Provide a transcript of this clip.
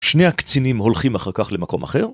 שני הקצינים הולכים אחר כך למקום אחר?